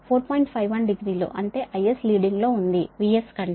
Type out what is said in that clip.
51 degree లు అంటే IS leading లో ఉంది VS కంటే